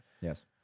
yes